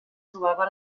trobava